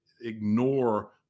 ignore